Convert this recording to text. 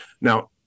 Now